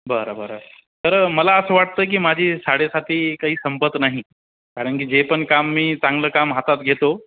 बरं बरं तर मला असं वाटतं की माझी साडेसाती काही संपत नाही कारण की जे पण काम मी चांगलं काम हातात घेतो